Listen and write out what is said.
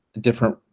different